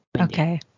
Okay